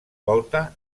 volta